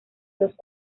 dos